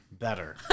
Better